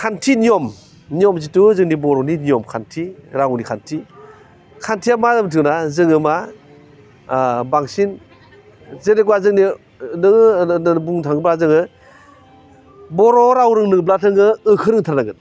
खान्थि नियम नियम जिथु जोंनि बर'नि नियम खान्थि रावनि खान्थि खान्थिया मा मिथिगौना जोङो मा बांसिन जेनेकवा जोंनि नोङो नों होनना बुंनो थाङोबा जोङो बर' राव रोंनोब्ला नोङो ओ खौ रोंथारनांगोन